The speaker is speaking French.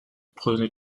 prenez